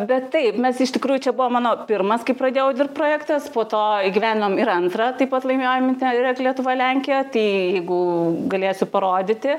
bet taip mes iš tikrųjų čia buvo mano pirmas kai pradėjau dirbt projektas po to įgyvendinome ir antrą taip pat laimėjom ten yra lietuva lenkija tai jeigu galėsiu parodyti